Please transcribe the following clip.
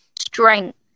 strength